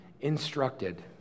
instructed